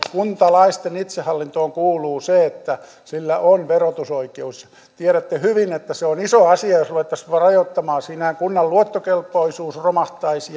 kuntalaisten itsehallintoon kuuluu se että kunnalla on verotusoikeus tiedätte hyvin että se on iso asia jos ruvettaisiin rajoittamaan siinä kunnan luottokelpoisuus romahtaisi